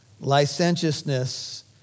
licentiousness